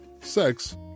sex